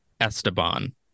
Esteban